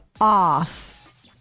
off